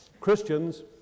Christians